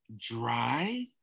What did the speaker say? dry